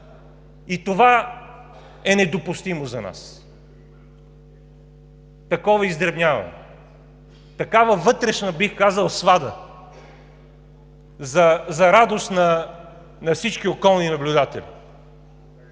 и това е недопустимо за нас – такова издребняване, такава вътрешна, бих казал, свада, за радост на всички околни наблюдатели.